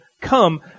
come